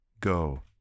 Go